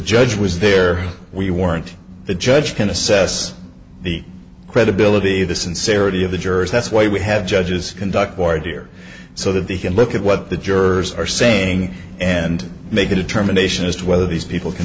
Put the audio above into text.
judge was there we weren't the judge can assess the credibility the sincerity of the jurors that's why we have judges conduct board here so that they can look at what the jurors are saying and make a determination as to whether these people can